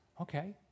okay